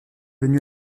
venu